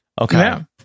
Okay